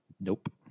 Nope